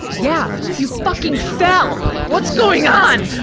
yeah. you fucking fell! what's going on?